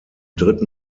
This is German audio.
dritten